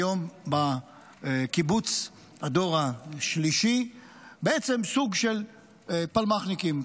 היום בקיבוץ הדור השלישי סוג של פלמ"חניקים,